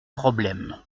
problème